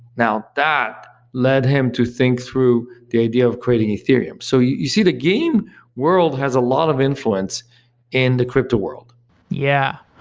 now that led him to think through the idea of creating ethereum. so you see the game world has a lot of influence in the crypto world yeah.